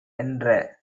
என்ற